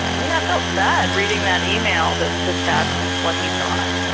you know, i felt sad reading that email that that that's what he thought,